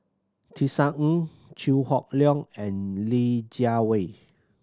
Tisa Ng Chew Hock Leong and Li Jiawei